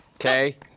Okay